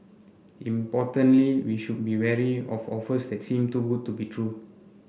importantly we should be wary of offers that seem too good to be true